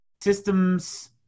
systems